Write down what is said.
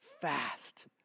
fast